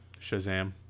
Shazam